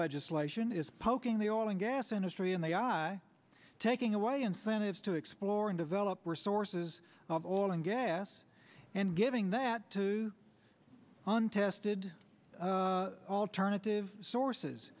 legislation is poking the oil and gas industry and they are taking away incentives to explore and develop resources of oil and gas and getting that untested alternative sources